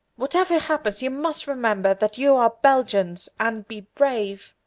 whatever happens, you must remember that you are belgians, and be brave!